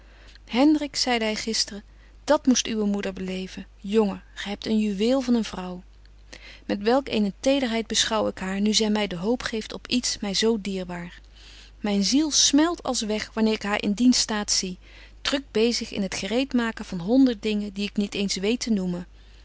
hendrik zeide hy gistren dat moest uwe moeder beleven jongen gy hebt een juweel van een vrouw met welk eene tederheid beschouw ik haar nu zy my de hoop geeft op iets my zo dierbaar myn ziel smelt als weg wanneer ik haar in dien staat zie druk bezig in het gereet maken van honderd dingen die ik niet eens weet te noemen